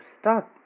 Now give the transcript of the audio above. start